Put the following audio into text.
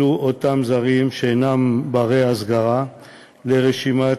אלו אותם זרים שאינם בני הסגרה לרשימת